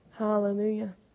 Hallelujah